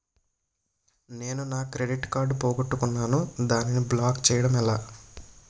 నేను నా credit card పోగొట్టుకున్నాను దానిని బ్లాక్ చేయడం ఎలా?